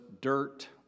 dirt